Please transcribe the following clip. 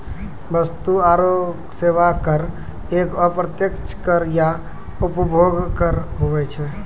वस्तु आरो सेवा कर एक अप्रत्यक्ष कर या उपभोग कर हुवै छै